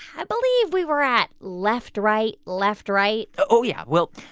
i believe we were at left, right, left, right oh, yeah. well,